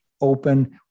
open